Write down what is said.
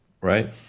right